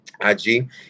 ig